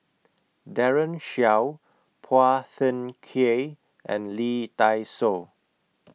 Daren Shiau Phua Thin Kiay and Lee Dai Soh